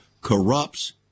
corrupts